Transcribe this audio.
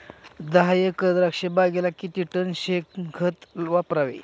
दहा एकर द्राक्षबागेला किती टन शेणखत वापरावे?